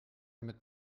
mit